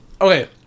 Okay